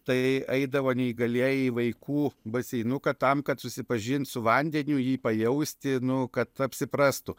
tai eidavo neįgalieji į vaikų baseinuką tam kad susipažint su vandeniu jį pajausti nu kad apsiprastų